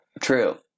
True